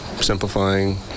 simplifying